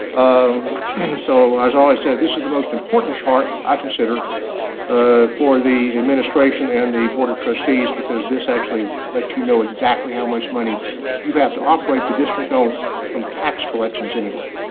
um and so, as i said, this is the most important chart i consider for the administration and the board of trustees because this actually lets you know exactly how much money you have to operate the district, um from tax collections anyway.